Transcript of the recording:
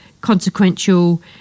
consequential